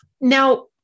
Now